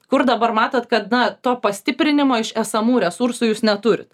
kur dabar matot kad na to pastiprinimo iš esamų resursų jūs neturit